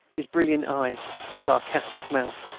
his brilliant eyes, and sarcastic mouth.